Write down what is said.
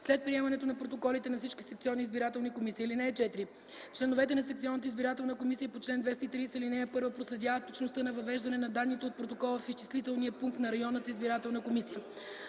след приемането на протоколите на всички секционни избирателни комисии. (4) Членовете на секционната избирателна комисия по чл. 231, ал. 1 проследяват точността на въвеждане на данните от протоколите в изчислителния пункт на общинската избирателна комисия.